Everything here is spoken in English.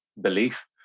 belief